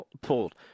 pulled